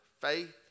faith